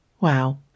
Wow